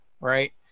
Right